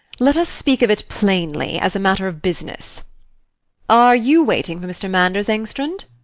let us speak of it plainly, as a matter of business are you waiting for mr. manders, engstrand?